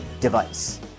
device